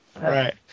Right